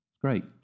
Great